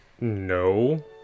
No